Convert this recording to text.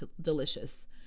delicious